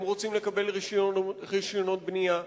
הם רוצים לקבל רשיונות בנייה,